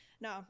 no